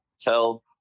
tell